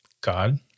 God